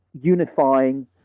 unifying